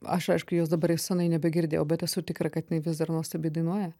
aš aišku jos dabar seniai nebegirdėjau bet esu tikra kad jinai vis dar nuostabiai dainuoja